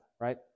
right